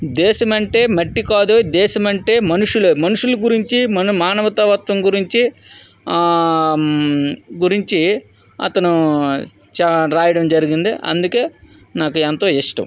దేశమంటే మట్టి కాదోయి దేశమంటే మనుషులోయి మనుషుల గురించి మన మానవ తత్వం గురించి గురించి అతను చ రాయడం జరిగింది అందుకే నాకు ఎంతో ఇష్టం